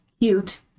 cute